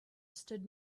stood